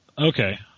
okay